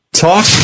Talk